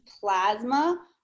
plasma